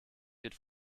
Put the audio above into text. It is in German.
wird